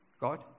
God